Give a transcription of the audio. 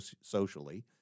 socially